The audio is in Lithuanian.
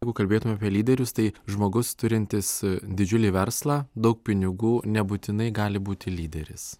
jeigu kalbėtume apie lyderius tai žmogus turintis didžiulį verslą daug pinigų nebūtinai gali būti lyderis